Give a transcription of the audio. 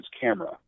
camera